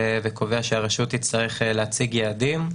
וקובע שהרשות תצטרך להציג יעדים,